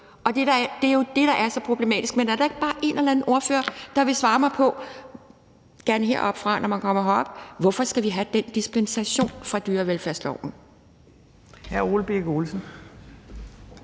Og det er jo det, der er så problematisk. Men er der ikke bare en eller anden ordfører, der vil svare mig på – gerne heroppefra, når man kommer herop – hvorfor vi skal have den dispensation fra dyrevelfærdsloven?